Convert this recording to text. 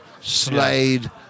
Slade